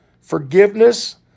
forgiveness